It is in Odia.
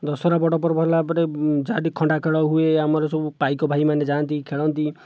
ଦଶହରା ବଡ଼ ପର୍ବ ହେଲା ପରେ ଯାହା ଟିକିଏ ଖଣ୍ଡା ଖେଳ ହୁଏ ଆମର ସବୁ ପାଇକ ଭାଇମାନେ ଯାଆନ୍ତି ଖେଳନ୍ତି